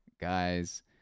guys